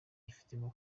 yifitemo